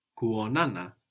Kuonana